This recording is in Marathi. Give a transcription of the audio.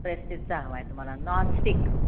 प्रेस्टिजचा हवा आहे तुम्हाला नॉनस्टिक